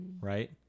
right